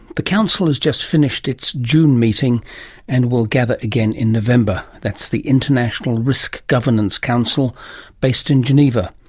the council has just finished its june meeting and will gather again in november. that's the international risk governance council based in geneva.